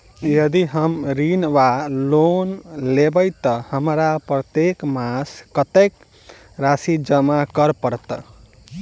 यदि हम ऋण वा लोन लेबै तऽ हमरा प्रत्येक मास कत्तेक राशि जमा करऽ पड़त?